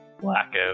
Blackout